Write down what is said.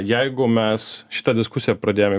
jeigu mes šitą diskusiją pradėjom